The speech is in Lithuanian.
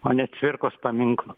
o ne cvirkos paminklo